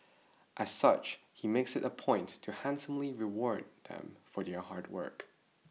as such he makes it a point to handsomely reward them for their hard work